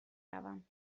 روم